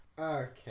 Okay